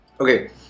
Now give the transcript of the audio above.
Okay